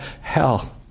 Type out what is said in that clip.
hell